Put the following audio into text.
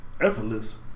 Effortless